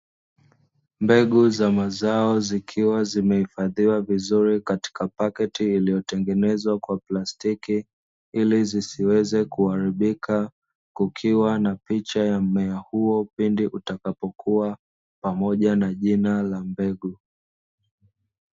Mbegu za mazao zikiwa zimehifadhiwa vizuri katika paketi iliyotengenezea kwa plastiki ili zisiweze kuharikiba, kukiwa na picha ya mmea huo pindi utakapokua pamoja na jina la mbegu.